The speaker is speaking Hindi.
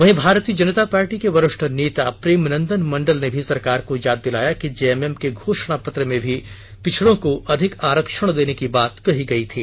वहीं भारतीय जनता पार्टी के वरिष्ठ नेता प्रेम नंदन मंडल ने भी सरकार को याद दिलाया कि जेएमएम के घोषणा पत्र में भी पिछड़ों को अधिक आरक्षण देने की बात कही गई थी